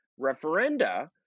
referenda